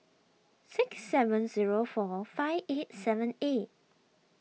six seven zero four five eight seven eight